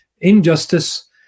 injustice